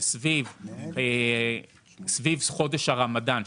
סביב חודש הרמדאן,